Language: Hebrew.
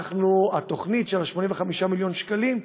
התוכנית של 85 מיליון שקלים היא,